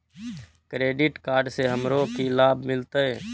Credit card से हमरो की लाभ मिलते?